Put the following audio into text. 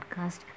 podcast